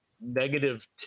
negative